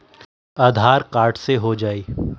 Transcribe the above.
आधार card से हो जाइ?